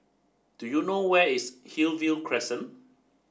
do you know ways Hillview Crescent